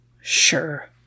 Sure